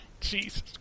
Jesus